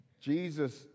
Jesus